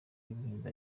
y’ubuhinzi